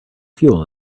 fuel